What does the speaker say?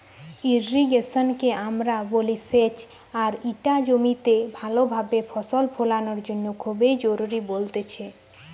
irrigation কে আমরা বলি সেচ আর ইটা জমিতে ভালো ভাবে ফসল ফোলানোর জন্য খুবই জরুরি বলতেছে